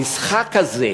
המשחק הזה,